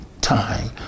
time